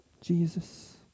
Jesus